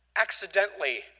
accidentally